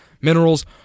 minerals